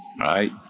Right